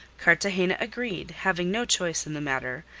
cartagena agreed, having no choice in the matter,